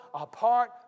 apart